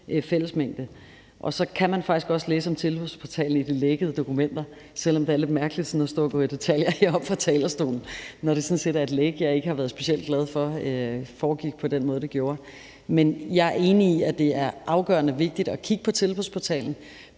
fællesmængde. Så kan man faktisk også læse om Tilbudsportalen i de lækkede dokumenter, selv om det er lidt mærkeligt sådan at stå og gå i detaljer heroppe fra talerstolen, når det sådan set er et læk, jeg ikke har været specielt glad for foregik på den måde, det gjorde. Men jeg er enig i, at det er afgørende vigtigt at kigge på tilbudsportalen,